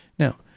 Now